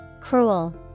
cruel